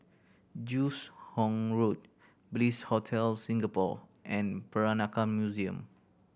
Joos Hong Road Bliss Hotel Singapore and Peranakan Museum